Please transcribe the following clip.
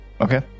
Okay